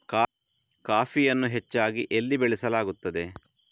ಕಾಫಿಯನ್ನು ಹೆಚ್ಚಾಗಿ ಎಲ್ಲಿ ಬೆಳಸಲಾಗುತ್ತದೆ?